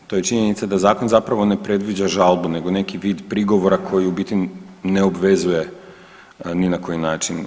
To je činjenica da zakon zapravo ne predviđa žalbu nego neki vid prigovora koji u biti ne obvezuje ni na koji način.